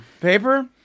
Paper